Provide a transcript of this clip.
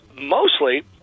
mostly